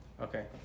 Okay